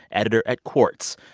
editor at quartz.